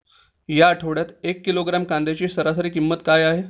या आठवड्यात एक किलोग्रॅम कांद्याची सरासरी किंमत किती आहे?